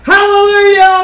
Hallelujah